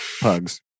pugs